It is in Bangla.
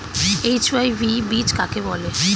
এইচ.ওয়াই.ভি বীজ কাকে বলে?